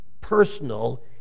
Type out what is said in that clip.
personal